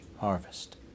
harvest